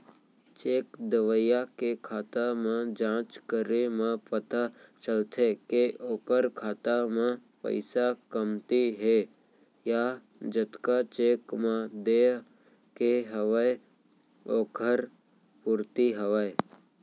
cheque देवइया के खाता म जाँच करे म पता चलथे के ओखर खाता म पइसा कमती हे या जतका चेक म देय के हवय ओखर पूरति हवय